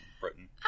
Britain